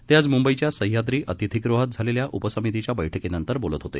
ते आज मुंबईच्या सह्याद्री अतिथीगृहात झालेल्या उपसमितीच्या बैठकीनंतर बोलत होते